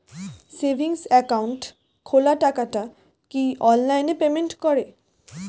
Savings account খোলা টাকাটা কি অনলাইনে পেমেন্ট করে?